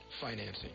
financing